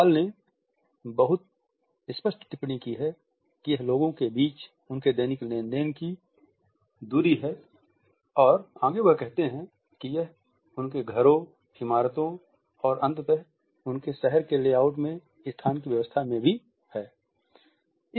hall ने बहुत स्पष्ट टिप्पणी की है कि यह लोगो के बीच उनके दैनिक लेनदेन की दूरी है और आगे वह कहते हैं कि यह उनके घरों इमारतों और अंततः उनके शहर के लेआउट में स्थान की व्यवस्था में भी हैं